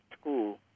school